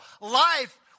life